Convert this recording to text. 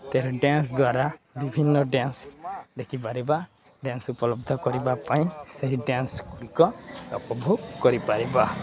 ତେବେ ଡ୍ୟାନ୍ସ ଦ୍ୱାରା ବିଭିନ୍ନ ଡ୍ୟାନ୍ସ ଦେଖିପାରିବା ଡ୍ୟାନ୍ସ ଉପଲବ୍ଧ କରିବା ପାଇଁ ସେହି ଡ୍ୟାନ୍ସଗୁଡ଼ିକ ଉପଭୋଗ କରିପାରିବା